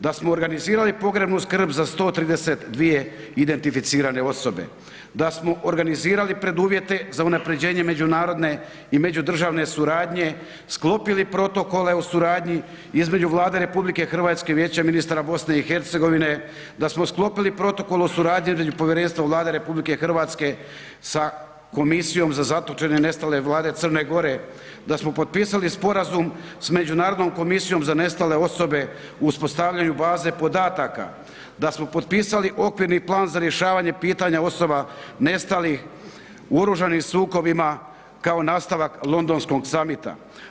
Da smo organizirali pogrebnu skrb za 132 identificirane osobe, da smo organizirali preduvjete za unapređenje međunarodne i međudržavne suradnje, sklopili protokole o suradnji između Vlade RH i Vijeća ministara BiH, da smo sklopili protokol o suradnji između povjerenstva Vlade RH sa Komisijom za zatočene, nestale vlade Crne Gore, da smo potpisali sporazum s Međunarodnom komisijom za nestale osobe u uspostavljanju baze podataka, da smo potpisali okvirni plan za rješavanje pitanja osoba nestalih u oružanim sukobima kao nastavak Londonskog samita.